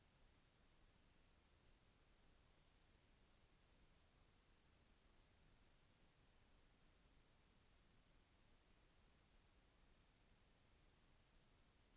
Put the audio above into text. నేను తిస్కున్న personal loan తిరిగి కట్టడానికి దానిని ఇంస్తాల్మేంట్ పద్ధతి లో మార్చుకోవడం ఎలా?